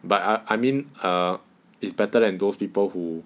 but I I mean uh is better than those people who